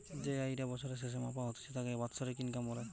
যেই আয়ি টা বছরের স্যাসে মাপা হতিছে তাকে বাৎসরিক ইনকাম বলে